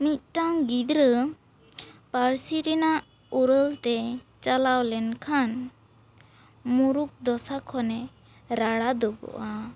ᱢᱤᱫᱴᱟᱝ ᱜᱤᱫᱽᱨᱟᱹ ᱯᱟᱹᱨᱥᱤ ᱨᱮᱱᱟᱜ ᱩᱨᱟᱹᱞ ᱛᱮ ᱪᱟᱞᱟᱣ ᱞᱮᱱ ᱠᱷᱟᱱ ᱢᱩᱨᱩᱠ ᱫᱚᱥᱟ ᱠᱷᱚᱱᱮ ᱨᱟᱲᱟ ᱫᱩᱜᱩᱜᱼᱟ